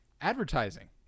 Advertising